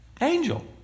angel